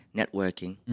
networking